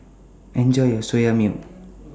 Enjoy your Soya Milk